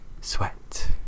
sweat